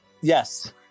yes